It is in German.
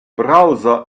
browser